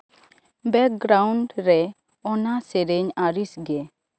background ᱨᱮ ᱚᱱᱟ ᱥᱮᱨᱮᱧ ᱟᱹᱲᱤᱥ ᱜᱮ